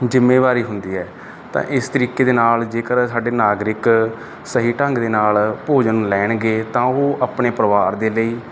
ਜ਼ਿੰਮੇਵਾਰੀ ਹੁੰਦੀ ਹੈ ਤਾਂ ਇਸ ਤਰੀਕੇ ਦੇ ਨਾਲ ਜੇਕਰ ਸਾਡੇ ਨਾਗਰਿਕ ਸਹੀ ਢੰਗ ਦੇ ਨਾਲ ਭੋਜਨ ਲੈਣਗੇ ਤਾਂ ਉਹ ਆਪਣੇ ਪਰਿਵਾਰ ਦੇ ਲਈ